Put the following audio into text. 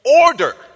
order